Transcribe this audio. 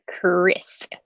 Chris